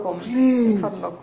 please